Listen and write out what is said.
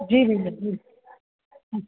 जी जी ज़रूर हाँ